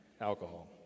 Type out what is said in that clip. alcohol